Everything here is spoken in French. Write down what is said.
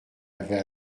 avait